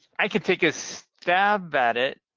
i can take a stab at it.